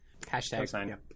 Hashtag